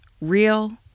real